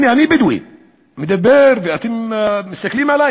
הנה, אני בדואי, מדבר, ואתם מסתכלים עלי.